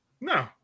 No